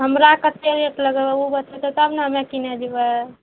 हमरा कतेक रेट लगेबै ओ बतेबै तब ने हमे किनै जएबै